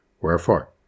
wherefore